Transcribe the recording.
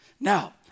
Now